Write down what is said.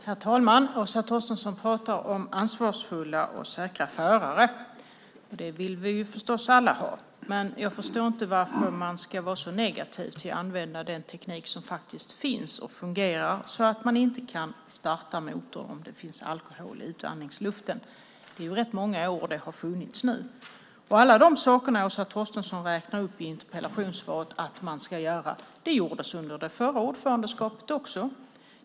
Herr talman! Åsa Torstensson pratar om ansvarsfulla och säkra förare. Det vill vi förstås alla ha. Men jag förstår inte varför man ska vara så negativ till att använda den teknik som faktiskt finns och fungerar, så att man inte kan starta motorn om man har alkohol i utandningsluften. Det är rätt många år som den har funnits nu. Alla de saker Åsa Torstensson i interpellationssvaret räknar upp att man ska göra gjordes under det förra ordförandeskapet också.